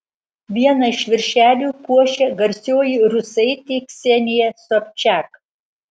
vieną iš viršelių puošia garsioji rusaitė ksenija sobčak